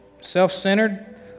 Self-centered